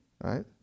right